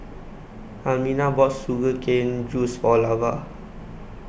Almina bought Sugar Cane Juice For Lavar